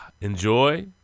enjoy